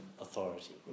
authority